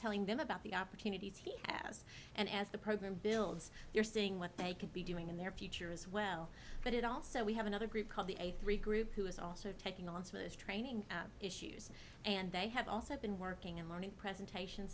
telling them about the opportunities he has and as the program builds you're seeing what they could be doing in their future as well but it also we have another group called the a three group who is also taking on training issues and they have also been working and learning presentation